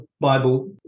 Bible